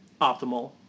optimal